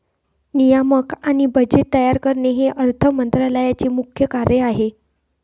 नियामक आणि बजेट तयार करणे हे अर्थ मंत्रालयाचे मुख्य कार्य आहे